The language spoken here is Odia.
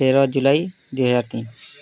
ତେର ଜୁଲାଇ ଦୁଇ ହଜାର ତିନି